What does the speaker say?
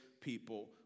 people